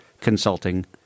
Consulting